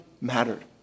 mattered